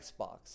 Xbox